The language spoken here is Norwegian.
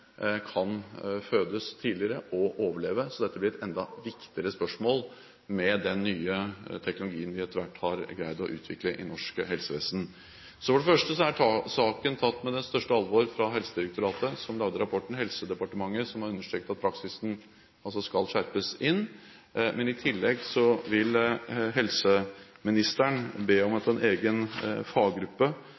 kan fødes tidligere og overleve, så dette blir et enda viktigere spørsmål med den nye teknologien vi etter hvert har greid å utvikle i norsk helsevesen. For det første er saken tatt opp med største alvor av Helsedirektoratet, som har laget rapporten, og av Helsedepartementet, som har understreket at praksisen skal skjerpes inn. I tillegg vil helseministeren be om at en egen faggruppe,